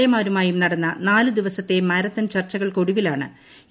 A മാരുമായും നടന്ന നാല് ദിവസത്തെ മാരത്തൺ ചർച്ചകൾക്കൊടുവിലാണ് എ